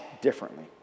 differently